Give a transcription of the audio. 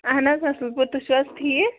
اَہَن حظ اَصٕل پٲٹھی تُہۍ چھُو حظ ٹھیٖک